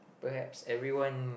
perhaps everyone